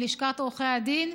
מלשכת עורכי הדין.